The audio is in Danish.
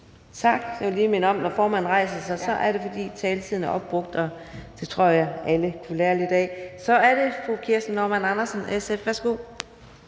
Tak. Jeg vil lige minde om, at når formanden rejser sig, er det, fordi taletiden er opbrugt. Det tror jeg alle kunne lære lidt af. Så er det fru Kirsten Normann Andersen, SF. Værsgo.